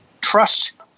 trust